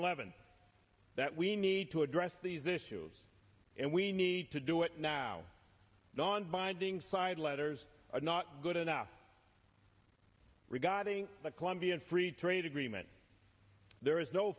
levin that we need to address these issues and we need to do it now nonbinding side letters are not good enough regarding the colombian free trade agreement there is no